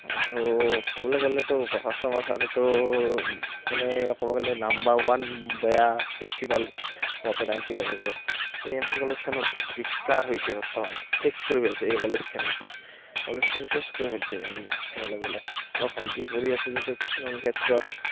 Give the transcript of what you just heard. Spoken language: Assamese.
আৰু ক'বলৈ গ'লেতো প্ৰকাশ শৰ্মা চাৰেতো মানে ক'ব গ'লে নাম্বাৰ ওৱান বেয়া প্ৰিঞ্চিপাল বৰপেটা এম চি কলেজৰ এই এম চি কলেজখন বিকাৰ হৈছে বৰ্তমান শেষ কৰি পেলাইছে এই কলেজখন কলেজখন শেষ কৰি পেলাইছে ক'বলৈ গ'লে মোৰ ভণ্টী পঢ়ি আছে যদিও কিছুমান ক্ষেত্ৰত